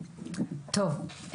טוב.